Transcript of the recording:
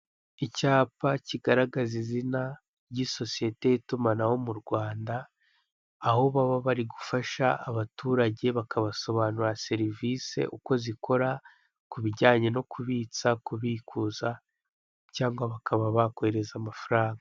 Icyapa kigaragaza izina ry'isosiyete ya itumanaho mu Rwanda, aho baba bari gufasha abaturage, bakabasobanurira serivise uko zikora kubijyanye no kubitsa, kubikura cyangwa bakaba bakohereza amafaranga.